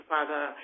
Father